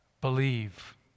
believe